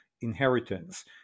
inheritance